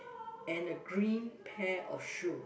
and a green pair of shoe